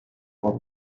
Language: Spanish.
por